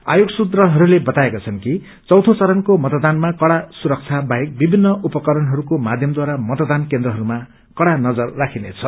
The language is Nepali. आयोग सूत्रहरूले बताएका छन् कि चौथो चरणको मतदानमा कड़ा सुरक्षा बाहेक विभिन्न उपकरणहरूको माध्यमद्वारा मतदान केन्द्रहरूमा कड़ा नजर राखिनेछ